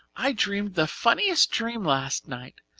i dreamed the funniest dream last night.